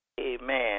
Amen